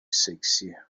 سکسیه